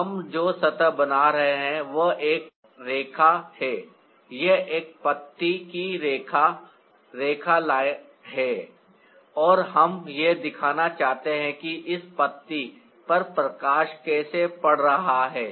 इसलिए हम जो सतह बना रहे हैं वह एक रेखा है यह एक पत्ती की रेखा रेखा है और हम यह दिखाना चाहते हैं कि इस पत्ती पर प्रकाश कैसे पड़ रहा है